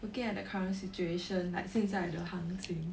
looking at the current situation like 现在的行情